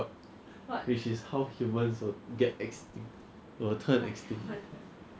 a month ah not possible lah but let's say they work like 一个 job then 他们赚两千多新币啊